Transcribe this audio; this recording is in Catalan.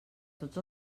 tots